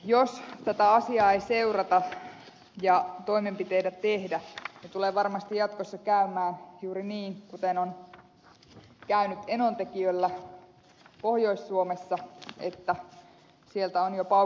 jos tätä asiaa ei seurata ja toimenpiteitä tehdä tulee varmasti jatkossakin käymään juuri niin kuten on käynyt enontekiöllä pohjois suomessa että sieltä on jo paukuteltu